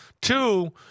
Two